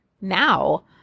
now